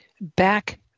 Back